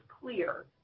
clear